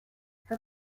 her